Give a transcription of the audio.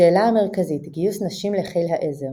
השאלה המרכזית גיוס נשים לחיל העזר